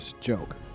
joke